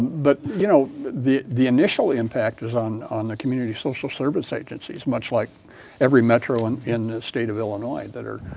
but you know the the initial impact is on on the community social service agencies, much like every metro and in the state of illinois that are